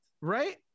Right